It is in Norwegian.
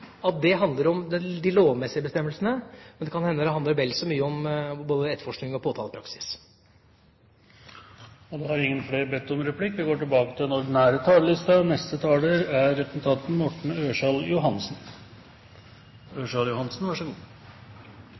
at det handler om de lovmessige bestemmelsene, men det kan hende at det handler vel så mye om både etterforskning og påtalepraksis. Replikkordskiftet er omme. Som det tidligere har